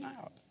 out